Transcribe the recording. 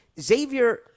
Xavier